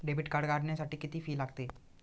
Debit card काढण्यासाठी किती fee लागते?